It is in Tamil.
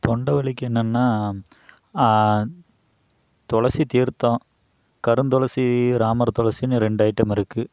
தொண்டை வலிக்கு என்னென்ன துளசி தீர்த்தம் கருந்துளசி ராமர் துளசின்னு ரெண்டு ஐட்டம் இருக்குது